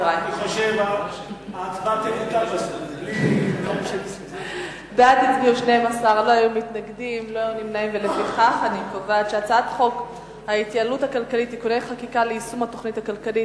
חוק ההתייעלות הכלכלית (תיקוני חקיקה ליישום התוכנית הכלכלית